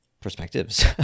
perspectives